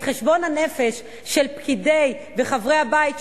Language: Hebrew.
את חשבון הנפש של הפקידים וחברי הבית,